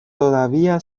todavía